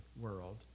world